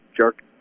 jerk